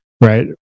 Right